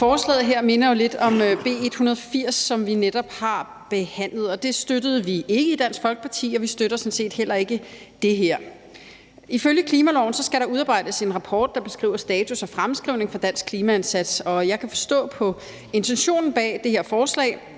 Forslaget her minder lidt om B 180, som vi netop har behandlet, og det støttede vi ikke i Dansk Folkeparti, og vi støtter sådan set heller ikke det her. Ifølge klimaloven skal der udarbejdes en rapport, der beskriver status og fremskrivning for dansk klimaindsats, og jeg kan forstå på intentionen bag det her forslag,